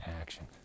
action